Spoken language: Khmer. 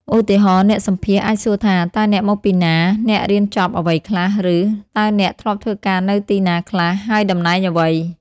ឧទាហរណ៍ អ្នកសម្ភាសន៍អាចសួរថា "តើអ្នកមកពីណា?" "តើអ្នករៀនចប់អ្វីខ្លះ?" ឬ "តើអ្នកធ្លាប់ធ្វើការនៅទីណាខ្លះ ហើយតំណែងអ្វី?"។